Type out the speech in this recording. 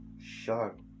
sharp